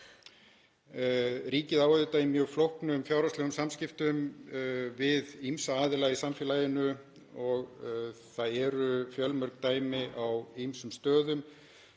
Ríkið á auðvitað í mjög flóknum fjárhagslegum samskiptum við ýmsa aðila í samfélaginu og það eru fjölmörg dæmi á ýmsum stöðum